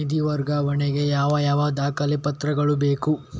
ನಿಧಿ ವರ್ಗಾವಣೆ ಗೆ ಯಾವ ಯಾವ ದಾಖಲೆ ಪತ್ರಗಳು ಬೇಕು?